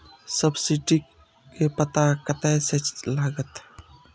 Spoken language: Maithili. सब्सीडी के पता कतय से लागत?